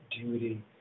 duty